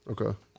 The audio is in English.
Okay